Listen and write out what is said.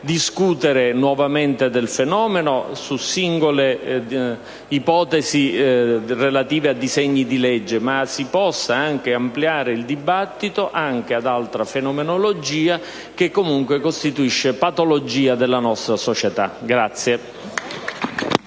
discutere nuovamente del fenomeno, su singole ipotesi relative a disegni di legge, ma che si possa al contempo ampliare il dibattito anche ad altra fenomenologia che comunque costituisce patologia della nostra società.